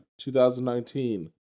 2019